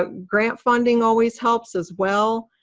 ah grant funding always helps as well.